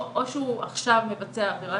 או שהוא עכשיו מבצע עבירה,